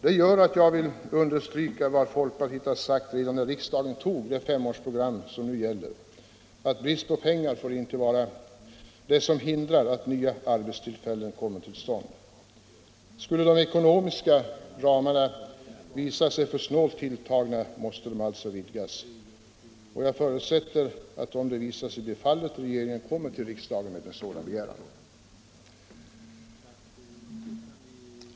Det gör att jag vill understryka vad folkpartiet sade redan när riksdagen tog det femårsprogram som nu gäller, att brist på pengar får inte vara det som hindrar att nya arbetstillfällen kommer till stånd. Skulle de ekonomiska ramarna visa sig för snålt tilltagna måste de alltså vidgas. Jag förutsätter att om detta visar sig bli fallet, regeringen kommer till riksdagen med en sådan begäran.